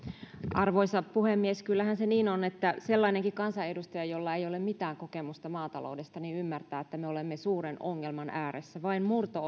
arvoisa puhemies kyllähän se niin on että sellainenkin kansanedustaja jolla ei ole mitään kokemusta maataloudesta ymmärtää että me olemme suuren ongelman ääressä vain murto